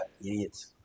idiots